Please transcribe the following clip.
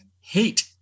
hate